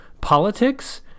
politics